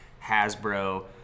Hasbro